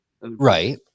right